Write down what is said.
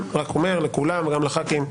אומר לכולם, גם לח"כים,